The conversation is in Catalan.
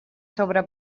sobre